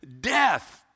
death